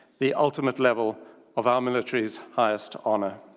the ultimate level of our military's highest honour.